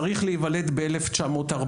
צריך להיוולד ב-1940,